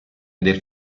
del